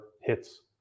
hits